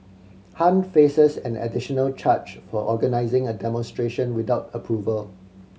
Han faces an additional charge for organising a demonstration without approval